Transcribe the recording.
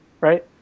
right